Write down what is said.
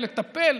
ולטפל.